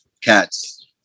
cats